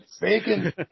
bacon